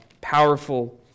powerful